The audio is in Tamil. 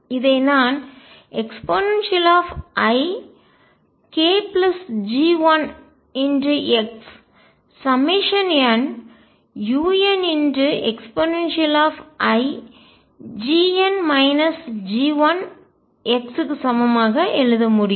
இதை நான் eikG1xnuneix க்கு சமமாக எழுத முடியும்